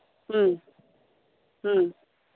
ᱦᱮᱸ ᱦᱮᱸ